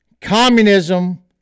Communism